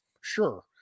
sure